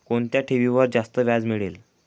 कोणत्या ठेवीवर जास्त व्याज मिळेल?